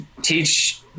teach